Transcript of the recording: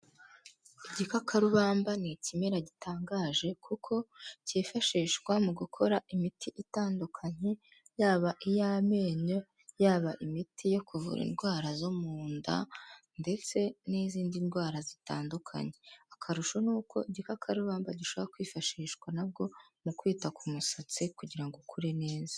Igikakarubamba ni ikimera gitangaje kuko cyifashishwa mu gukora imiti itandukanye, yaba iy'amenyo, yaba imiti yo kuvura indwara zo mu nda ndetse n'izindi ndwara zitandukanye. Akarusho ni uko igikakarubamba gishobora kwifashishwa nabwo mu kwita ku musatsi kugira ukure neza.